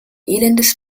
elendes